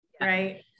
Right